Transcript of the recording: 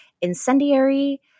Incendiary